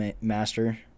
Master